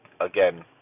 again